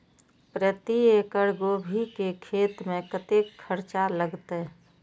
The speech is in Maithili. प्रति एकड़ गोभी के खेत में कतेक खर्चा लगते?